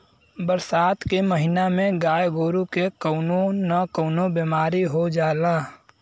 बरसात के महिना में गाय गोरु के कउनो न कउनो बिमारी हो जाला